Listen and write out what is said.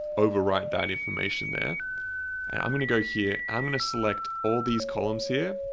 overwrite that information there and i'm going to go here. i'm going to select all these columns here